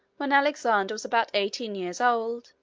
when alexander was about eighteen years old,